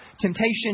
Temptation